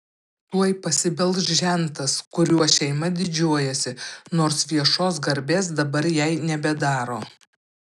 tuoj pasibels žentas kuriuo šeima didžiuojasi nors viešos garbės dabar jai nebedaro